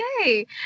Okay